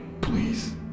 please